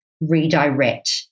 redirect